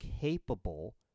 capable